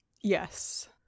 Yes